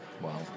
Wow